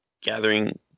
gathering